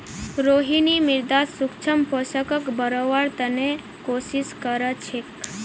रोहिणी मृदात सूक्ष्म पोषकक बढ़व्वार त न कोशिश क र छेक